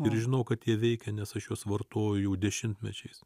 ir žinau kad jie veikia nes aš juos vartoju dešimtmečiais